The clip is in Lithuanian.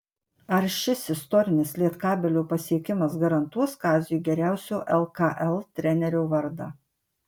ar šis istorinis lietkabelio pasiekimas garantuos kaziui geriausio lkl trenerio vardą